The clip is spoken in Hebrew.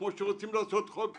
כמו שרוצים לעשות חוק פה,